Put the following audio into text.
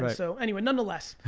but so anyway, nonetheless.